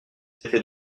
c’était